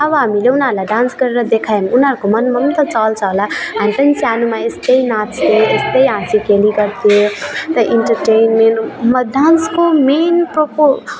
अब हामीले उनीहरूलाई डान्स गरेर देखायो भने उनीहरूको मनमा त चल्छ होला हामी पनि सानोमा यस्तै नाँच्थे यस्तै हाँसी खेली गर्थे त इन्टेर्टेन्मेन्टमा डान्सको मेन मेन प्रपो